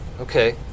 Okay